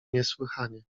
niesłychanie